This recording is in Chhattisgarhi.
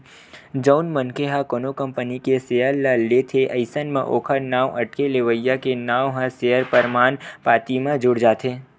जउन मनखे ह कोनो कंपनी के सेयर ल लेथे अइसन म ओखर नांव कटके लेवइया के नांव ह सेयर परमान पाती म जुड़ जाथे